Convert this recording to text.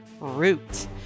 Root